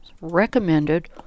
recommended